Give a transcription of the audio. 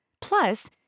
Plus